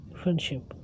friendship